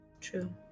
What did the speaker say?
True